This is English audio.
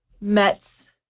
met